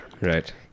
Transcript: Right